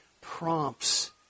prompts